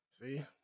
See